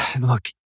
Look